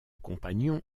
compagnon